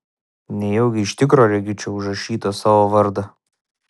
nejaugi iš tikro regiu čia užrašytą savo vardą